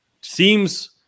seems